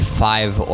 five